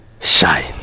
shine